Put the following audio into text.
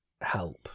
help